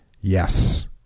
Yes